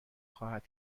خواهد